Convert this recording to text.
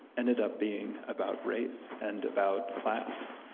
ended up being about race, and about class.